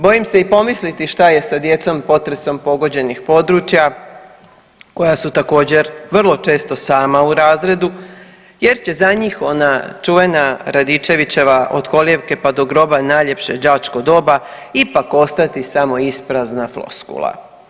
Bojim se i pomisliti šta je sa djecom potresom pogođenih područja koja su također vrlo često sama u razredu jer će za njih ona čuvena Radičevićeva „Od kolijevke pa do groba najljepše je đačko doba“ ipak ostati samo isprazna floskula.